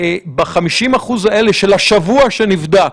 ב-50% האלה של השבוע שנבדק,